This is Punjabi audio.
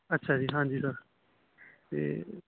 ਅੱਛਾ ਜੀ ਹਾਂਜੀ ਸਰ ਅਤੇ